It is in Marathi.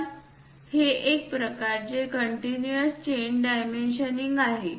तर हे एक प्रकारचे कंटीन्यूअस चेन डायमेन्शनिंग आहे